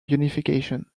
unification